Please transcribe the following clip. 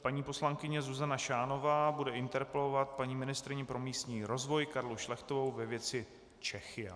Paní poslankyně Zuzana Šánová bude interpelovat paní ministryni pro místní rozvoj Karlu Šlechtovou ve věci Czechia.